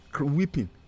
weeping